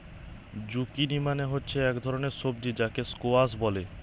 zucchini মানে হচ্ছে এক ধরণের সবজি যাকে স্কোয়াস বলে